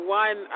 one